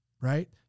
right